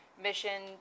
mission